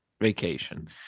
Vacation